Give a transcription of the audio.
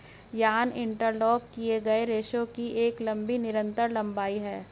yarn interlock किए गए रेशों की एक लंबी निरंतर लंबाई है